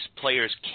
players